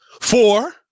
Four